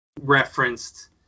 referenced